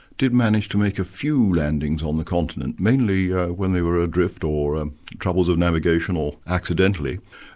did manage to make a few landings on the continent, mainly when they were adrift, or um troubles of navigation, or accidentally.